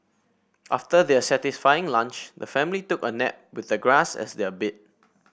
after their satisfying lunch the family took a nap with the grass as their bed